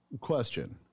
question